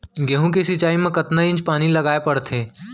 गेहूँ के सिंचाई मा कतना इंच पानी लगाए पड़थे?